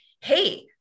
hey